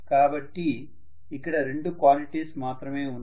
కాబట్టి ఇక్కడ రెండు క్వాంటిటీస్ మాత్రమే ఉన్నాయి